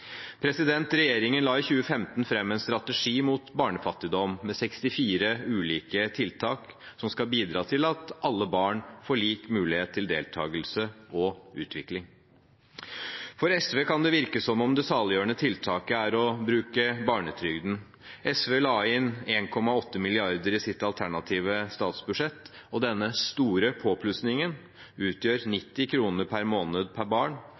Regjeringen la i 2015 fram en strategi mot barnefattigdom med 64 ulike tiltak som skal bidra til at alle barn får lik mulighet til deltakelse og utvikling. For SV kan det virke som om det saliggjørende tiltaket er å bruke barnetrygden. SV la inn 1,8 mrd. kr i sitt alternative statsbudsjett. Denne store påplussingen utgjør 90 kr per måned per barn.